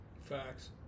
facts